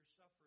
suffering